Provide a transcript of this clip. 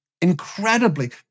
Incredibly